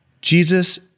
Jesus